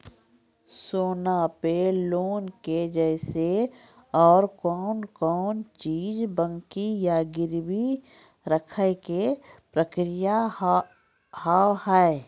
सोना पे लोन के जैसे और कौन कौन चीज बंकी या गिरवी रखे के प्रक्रिया हाव हाय?